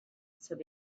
said